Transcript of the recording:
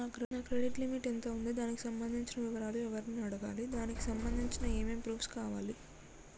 నా credit limit ఎంత ఉంది? దానికి సంబంధించిన వివరాలు ఎవరిని అడగాలి? దానికి సంబంధించిన ఏమేం ప్రూఫ్స్ కావాలి?